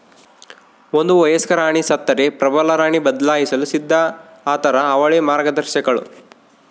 ಒಂದು ವಯಸ್ಕ ರಾಣಿ ಸತ್ತರೆ ಪ್ರಬಲರಾಣಿ ಬದಲಾಯಿಸಲು ಸಿದ್ಧ ಆತಾರ ಅವಳೇ ಮಾರ್ಗದರ್ಶಕಳು